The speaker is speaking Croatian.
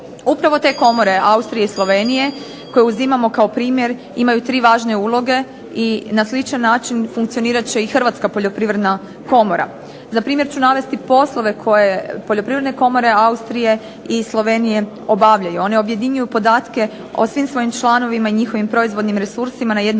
Upravo te komore Austrije i Slovenije koje uzimamo kao primjer imaju tri važne uloge i na sličan način funkcionirat će i Hrvatska poljoprivredna komora. Za primjer ću navesti poslove Poljoprivredne komore Austrije i Slovenije obavljaju. One objedinjuju podatke o svim svojim članovima i njihovim proizvodnim resursima na jednom